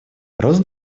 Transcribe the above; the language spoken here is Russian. рост